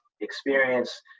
experience